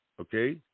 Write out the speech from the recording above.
okay